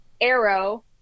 arrow